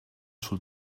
sul